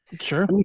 Sure